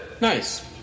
Nice